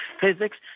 physics